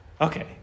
okay